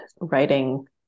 writing